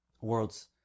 world's